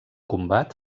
combat